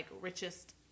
richest